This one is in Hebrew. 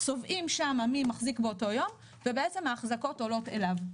צובעים שם מי מחזיק באותו יום ובעצם ההחזקות עולות אליו.